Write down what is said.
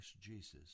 Jesus